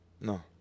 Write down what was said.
No